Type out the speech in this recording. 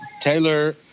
Taylor